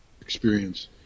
experience